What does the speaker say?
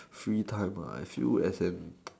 free time I feel as an